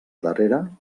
darrere